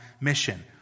mission